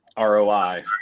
ROI